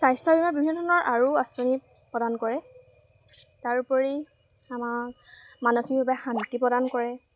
স্বাস্থ্য বীমাই বিভিন্ন ধৰণৰ আৰু আঁচনি প্ৰদান কৰে তাৰোপৰি আমাক মানসিকভাৱে শান্তি প্ৰদান কৰে